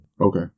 Okay